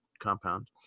compound